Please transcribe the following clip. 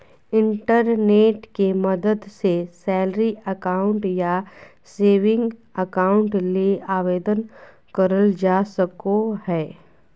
internet के मदद से सैलरी अकाउंट या सेविंग अकाउंट ले आवेदन करल जा सको हय